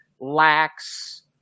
lacks